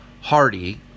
Hardy